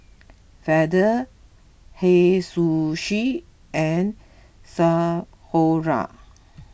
Feather Hei Sushi and Sephora